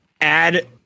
add